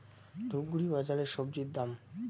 ধূপগুড়ি বাজারের স্বজি দাম?